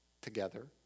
together